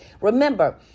Remember